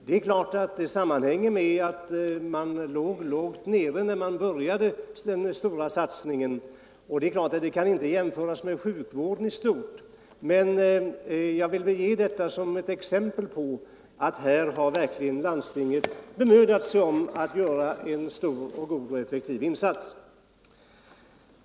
Det är klart att detta hänger samman med att man befann sig på en låg nivå när man började den stora satsningen och att det givetvis inte går att göra jämförelser med sjukvården i stort, men jag vill anföra detta som ett exempel på att landstingen verkligen har bemödat sig om att göra en stor och effektiv insats.